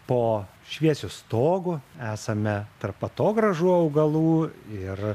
po šviesiu stogu esame tarp atogrąžų augalų ir